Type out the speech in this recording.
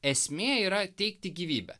esmė yra teikti gyvybę